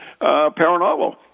paranormal